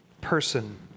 person